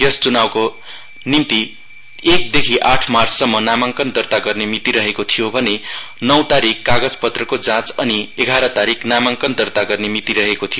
यस च्नाउको निम्ति एकदेखि आठमार्चसम्म नामाङ्कन दर्ता गर्ने मिति रहेको थियो भने नौ तारिक कागजपत्रको जाँच अनि एघार तारिक नामाङ्कन फिर्ता लिने मिति रहेको थियो